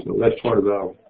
that's part of our